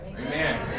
Amen